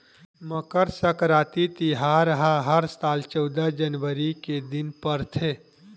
मकर सकराति तिहार ह हर साल चउदा जनवरी के दिन परथे